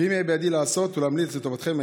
ואם יהיה בידי לעשות ולהמליץ לטובתכם,